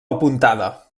apuntada